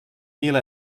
mil